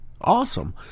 Awesome